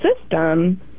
system